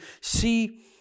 see